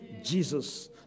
Jesus